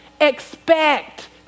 expect